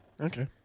Okay